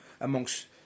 amongst